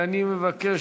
אני מבקש,